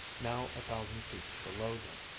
now a thousand feet below them,